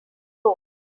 road